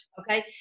okay